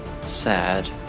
sad